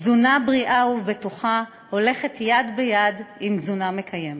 תזונה בריאה ובטוחה הולכת יד ביד עם תזונה מקיימת.